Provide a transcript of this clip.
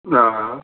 अँ